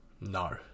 No